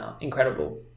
incredible